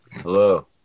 Hello